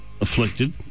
afflicted